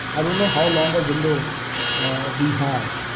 i don't know how long a window we have.